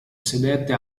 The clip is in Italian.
sedette